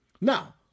Now